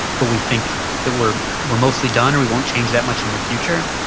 but we think that we're we're mostly done and we won't change that much in the future.